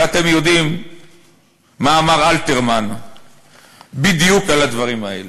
ואתם יודעים מה אמר אלתרמן בדיוק על הדברים האלה,